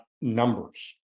numbers